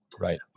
Right